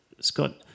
Scott